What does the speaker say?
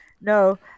No